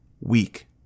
weak